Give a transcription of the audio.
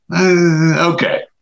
Okay